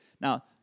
Now